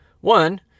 One